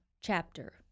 chapter